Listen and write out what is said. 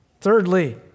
Thirdly